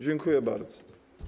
Dziękuję bardzo.